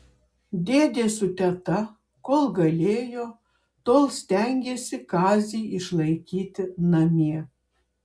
dėdė su teta kol galėjo tol stengėsi kazį išlaikyti namie